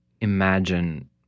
imagine